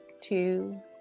two